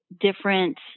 different